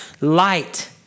light